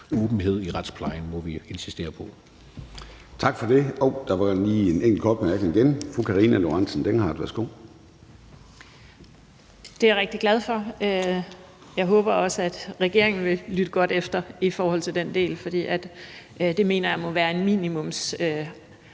Åbenhed i retsplejen må vi insistere på.